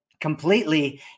completely